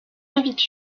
invite